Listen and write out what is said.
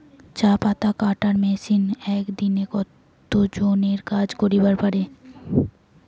চা পাতা কাটার মেশিন এক দিনে কতজন এর কাজ করিবার পারে?